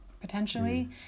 potentially